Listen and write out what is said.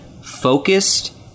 focused